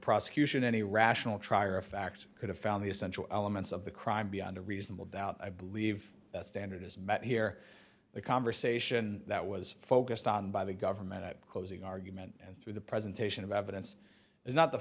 prosecution any rational trier of fact could have found the essential elements of the crime beyond a reasonable doubt i believe that standard is met here the conversation that was focused on by the government at closing argument and through the presentation of evidence is not the